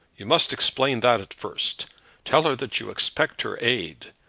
you must explain that at first tell her that you expect her aid,